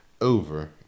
over